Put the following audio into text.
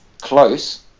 Close